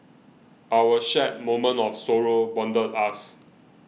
our shared moment of sorrow bonded us